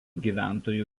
gyventojų